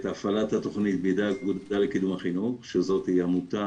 את הפעלת התוכנית בידי העמותה לקידום החינוך שזאת עמותה